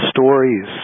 stories